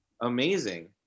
amazing